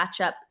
matchup